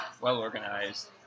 well-organized